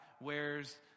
wears